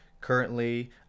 currently